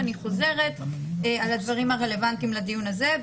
ואני חוזרת על הדברים הרלוונטיים לדיון הזה.